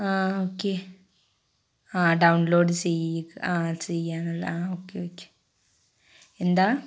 ആ ഓക്കെ ആ ഡൗൺലോഡ് ചെയ്യുക ആ ചെയ്യാനല്ലേ ആ ഓക്കെ ഓക്കെ എന്താണ്